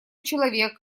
человек